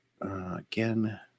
again